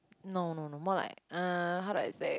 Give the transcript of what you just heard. no no no more like er how do I say